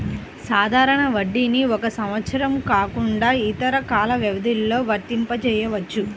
సాధారణ వడ్డీని ఒక సంవత్సరం కాకుండా ఇతర కాల వ్యవధిలో వర్తింపజెయ్యొచ్చు